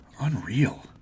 unreal